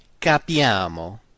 capiamo